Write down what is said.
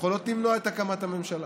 שיכולות למנוע את הקמת הממשלה.